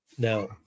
Now